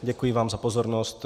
Děkuji vám za pozornost.